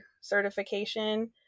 certification